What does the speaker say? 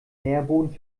nährboden